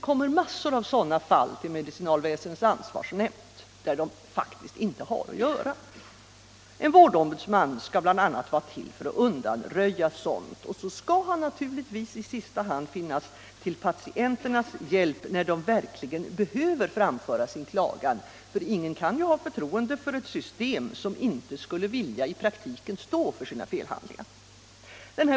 Mängder av sådana fall kommer upp till medicinalväsendets ansvarsnämnd, där de inte har att göra. En vårdombuds man skall bl.a. vara till för att undanröja sådant. Så skall han naturligtvis finnas till patienternas hjälp, när de verkligen behöver framföra sin klagan. Ingen kan ju ha förtroende för ett system som inte skulle vilja i praktiken stå för sina felhandlingar.